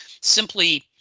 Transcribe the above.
simply